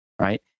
right